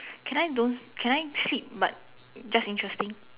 can I don't can I sleep but just interesting